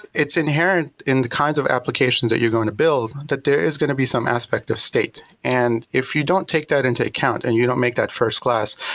it's inherent in the kinds of applications that you're going to build that there is going to be some aspect of state and if if you don't take that into account and you don't make that first class,